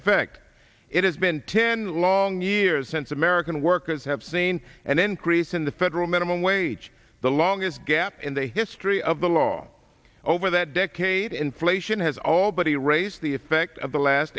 effect it has been ten long years since american workers have seen an increase in the federal minimum wage the longest gap in the history of the law over that decade inflation has all but he raised the effect of the last